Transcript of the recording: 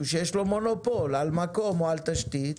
שיש לו מונופול על מקום או על תשתית,